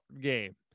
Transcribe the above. game